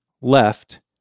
left